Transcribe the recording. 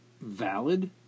valid